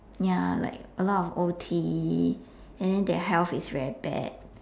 ya like a lot of O_T and then their health is very bad